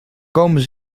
komen